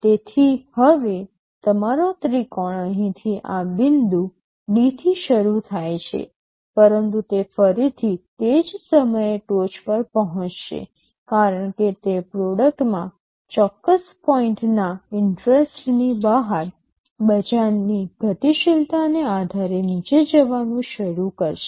તેથી હવે તમારો ત્રિકોણ અહીંથી આ બિંદુ D થી શરૂ થાય છે પરંતુ તે ફરીથી તે જ સમયે ટોચ પર પહોંચશે કારણ કે તે પ્રોડક્ટમાં ચોક્કસ પોઈન્ટના ઇન્ટરેસ્ટની બહાર બજારની ગતિશીલતાને આધારે નીચે જવાનું શરૂ કરશે